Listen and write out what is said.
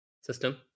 system